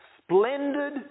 splendid